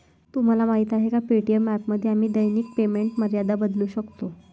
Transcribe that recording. तुम्हाला माहीत आहे का पे.टी.एम ॲपमध्ये आम्ही दैनिक पेमेंट मर्यादा बदलू शकतो?